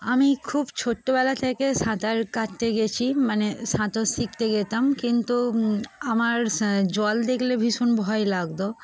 আমি খুব ছোট্টবেলা থেকে সাঁতার কাটতে গিয়েছি মানে সাঁতার শিখতে যেতাম কিন্তু আমার জল দেখলে ভীষণ ভয় লাগত